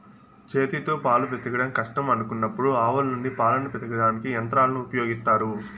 చేతితో పాలు పితకడం కష్టం అనుకున్నప్పుడు ఆవుల నుండి పాలను పితకడానికి యంత్రాలను ఉపయోగిత్తారు